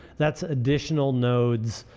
that's additional nodes